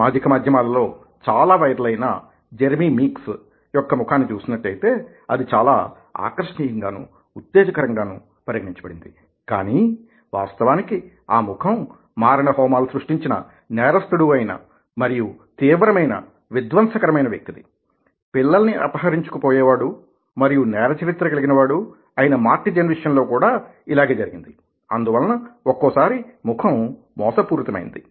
సామాజిక మాధ్యమాలలో చాలా వైరల్ అయిన జెర్మీమీక్స్యొక్క ముఖాన్ని చూసినట్లయితే అది చాలా ఆకర్షణీయంగానూ ఉత్తేజకరంగానూ పరిగణించబడింది కానీ వాస్తవానికి ఆ ముఖం మారణహోమాలు సృష్టించిన నేరస్తుడూ మరియు తీవ్రమైన విధ్వంసకరమైన వ్యక్తిది పిల్లల్ని అపహరించుకు పోయేవాడు మరియు నేర చరిత్ర కలిగిన వాడు అయిన మార్టిజెన్విషయంలో కూడా ఇలాగే జరిగింది అందువలన ఒక్కోసారి ముఖం మోసపూరిత మైనది